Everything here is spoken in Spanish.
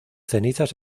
cenizas